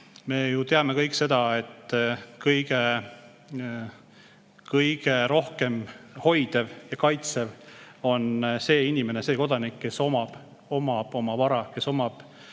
Me ju teame kõik seda, et kõige rohkem hoiab ja kaitseb [riiki] see inimene, see kodanik, kes omab vara, kes omab